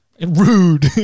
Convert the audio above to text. Rude